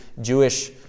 Jewish